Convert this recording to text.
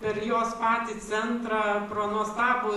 per jos patį centrą pro nuostabų